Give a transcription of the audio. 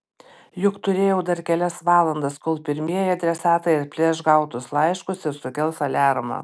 juk turėjau dar kelias valandas kol pirmieji adresatai atplėš gautus laiškus ir sukels aliarmą